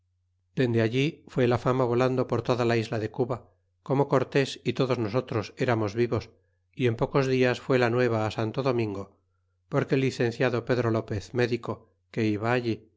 dende allí fué la fama volando por toda la isla de cuba como cortés y todos nosotros éramos vivos y en pocos dias fué la nueva á santo domingo porque el licenciado pedro lopez médico